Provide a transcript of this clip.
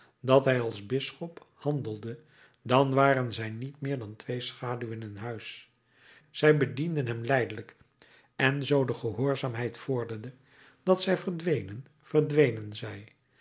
dat hij als bisschop handelde dan waren zij niet meer dan twee schaduwen in huis zij bedienden hem lijdelijk en zoo de gehoorzaamheid vorderde dat zij verdwenen verdwenen zij